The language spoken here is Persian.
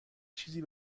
چیزی